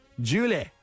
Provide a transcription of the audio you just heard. Julie